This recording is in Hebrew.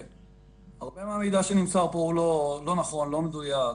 הרבה מהמידע שנמסר פה הוא לא נכון, לא מדויק.